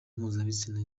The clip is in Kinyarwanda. mpuzabitsina